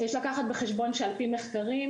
יש לקחת בחשבון שעל פי מחקרים,